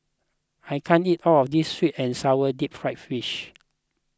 I can't eat all of this Sweet and Sour Deep Fried Fish